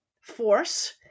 force